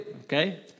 okay